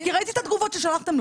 כי ראיתי את התגובות ששלחתם לו.